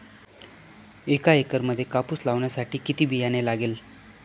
एका एकरामध्ये कापूस लावण्यासाठी किती बियाणे लागेल?